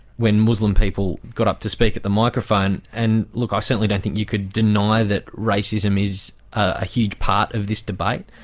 when muslim people got up to speak at the microphone. microphone. and look, i certainly don't think you could deny that racism is a huge part of this debate.